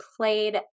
played